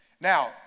Now